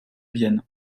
vienne